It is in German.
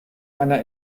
einer